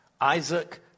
Isaac